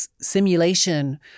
simulation